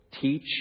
teach